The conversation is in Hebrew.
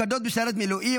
שמעודד או מסית לטרור (תיקוני חקיקה),